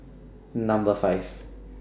Number five